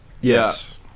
Yes